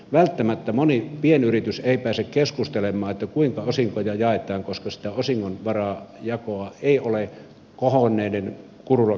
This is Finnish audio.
välttämättä moni pienyritys ei pääse keskustelemaan kuinka osinkoja jaetaan koska sitä osingonjakoa ei ole kohonneiden kulurakenteiden takia